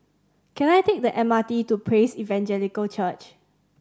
can I take the M R T to Praise Evangelical Church